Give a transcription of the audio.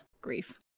Grief